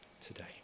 today